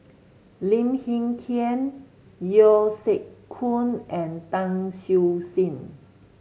Lim Hng Kiang Yeo Siak Goon and Tan Siew Sin